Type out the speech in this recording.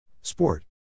Sport